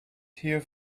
here